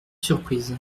surprise